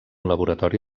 laboratori